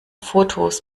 fotos